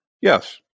Yes